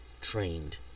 trained